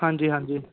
हां जी हां जी